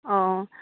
औ